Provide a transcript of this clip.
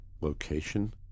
Location